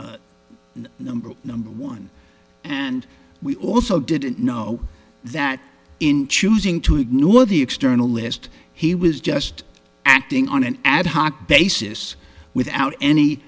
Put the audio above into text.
list number number one and we also didn't know that in choosing to ignore the external list he was just acting on an ad hoc basis without any